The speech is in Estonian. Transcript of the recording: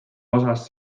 osas